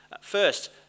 First